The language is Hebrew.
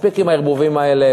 מספיק עם הערבובים האלה,